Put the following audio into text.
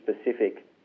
specific